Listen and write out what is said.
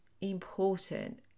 important